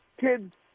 kids